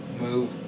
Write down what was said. move